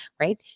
right